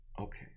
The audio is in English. okay